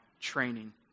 training